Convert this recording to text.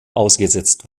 ausgesetzt